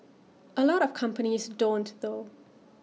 A lot of companies don't though